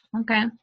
okay